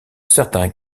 certains